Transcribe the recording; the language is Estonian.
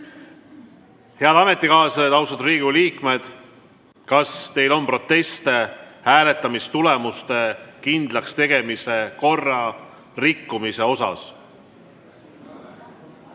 Head ametikaaslased! Austatud Riigikogu liikmed! Kas teil on proteste hääletamistulemuste kindlakstegemise korra rikkumise kohta?